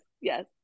yes